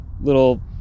little